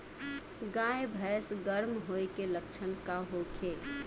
गाय भैंस गर्म होय के लक्षण का होखे?